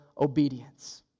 obedience